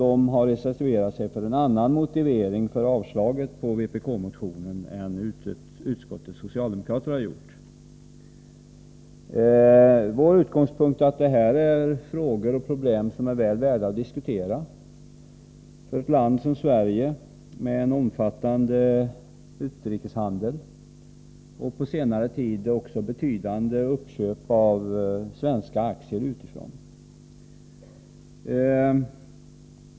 De har reserverat sig för en annan motivering för avslaget på vpk-motionen än utskottets socialdemokrater har gjort. Vår utgångspunkt är att detta är frågor och problem som är väl värda att diskutera för ett land som Sverige med en omfattande utrikeshandel och på senare tid också med betydande uppköp av svenska aktier utifrån.